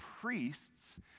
priests